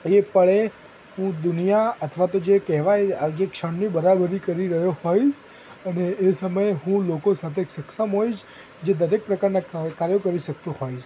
એ પળે હું દુનિયા અથવા તો જે કહેવાય અધિક ક્ષણની બરાબર કરી રહ્યો હોઈશ અને એ સમય હું લોકો સાથે સક્ષમ હોઈશ જે દરેક પ્રકારનાં કાર્યો કરી શકતો હોઈશ